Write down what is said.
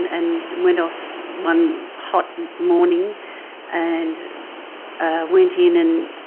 and and went off one hot morning and went in and